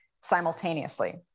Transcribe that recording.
simultaneously